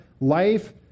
life